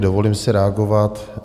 Dovolím si reagovat.